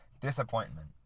disappointment